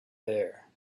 there